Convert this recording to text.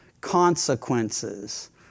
consequences